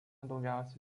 daugiausia